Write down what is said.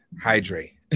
hydrate